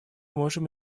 можем